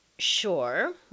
Sure